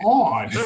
on